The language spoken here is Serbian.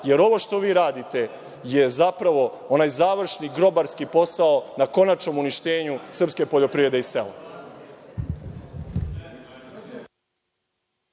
jer ovo što vi radite je onaj završni, grobarski posao na konačnom uništenju srpske poljoprivrede iz